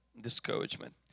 discouragement